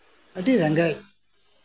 ᱟᱹᱰᱤ ᱨᱮᱸᱜᱮᱪ